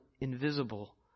invisible